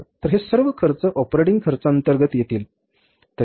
तर हे सर्व खर्च ऑपरेटिंग खर्चांतर्गत येतील